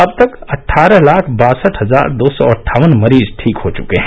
अब तक अट्ठारह लाख बासठ हजार दो सौ अट्ठावन मरीज ठीक हो चुके हैं